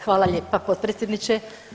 Hvala lijepa potpredsjedniče.